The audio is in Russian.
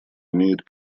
имеют